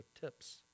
tips